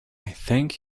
thank